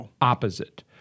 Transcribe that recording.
opposite